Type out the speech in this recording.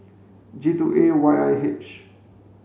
J two A Y I H